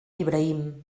ibrahim